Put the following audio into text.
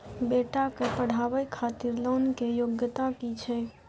बेटा के पढाबै खातिर लोन के योग्यता कि छै